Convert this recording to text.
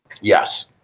Yes